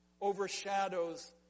overshadows